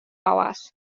hours